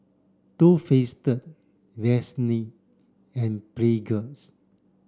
Too Faced Vaseline and Pringles